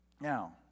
Now